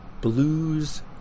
blues